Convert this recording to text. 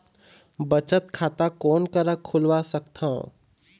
बचत खाता कोन करा खुलवा सकथौं?